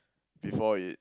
before it